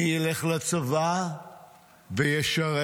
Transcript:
מי ילך לצבא וישרת.